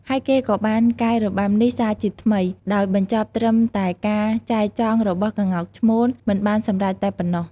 ហើយគេក៏បានកែរបាំនេះសាជាថ្មី ដោយបញ្ចប់ត្រឹមតែការចែចង់របស់ក្ងោកឈ្មោល មិនបានសម្រេចតែប៉ុណ្ណោះ។